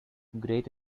great